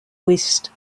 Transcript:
west